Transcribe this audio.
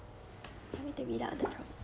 help me to read out the